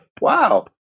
wow